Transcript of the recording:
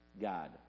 God